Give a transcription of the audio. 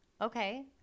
Okay